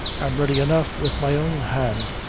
i'm ready enough with my own hand,